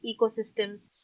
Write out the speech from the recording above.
ecosystems